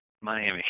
Miami